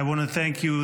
I want to thank you,